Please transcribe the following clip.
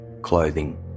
clothing